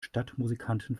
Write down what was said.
stadtmusikanten